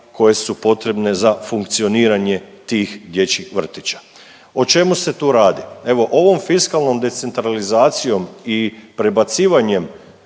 koje su potrebne za funkcioniranje tih dječjih vrtića. O čemu se tu radi? Evo ovom fiskalnom decentralizacijom i prebacivanjem